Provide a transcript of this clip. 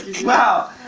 Wow